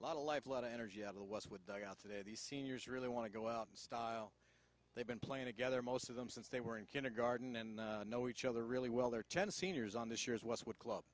a lot of life a lot of energy out of the was with dugout today the seniors really want to go out in style they've been playing together most of them since they were in kindergarten and know each other really well there are ten seniors on this year's westwood club